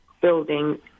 building